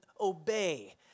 obey